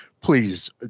please